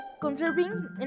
conserving